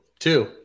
Two